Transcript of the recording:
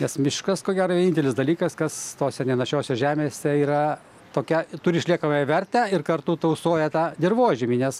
nes miškas ko gero vienintelis dalykas kas tose nenašiose žemėse yra tokia turi išliekamąją vertę ir kartu tausoja tą dirvožemį nes